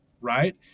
right